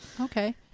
Okay